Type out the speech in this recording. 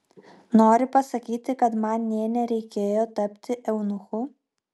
nori pasakyti kad man nė nereikėjo tapti eunuchu